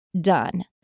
done